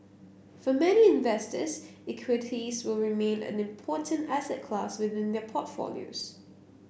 for many investors equities will remain an important asset class within their portfolios